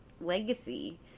legacy